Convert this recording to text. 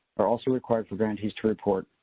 are also required for grantees to report,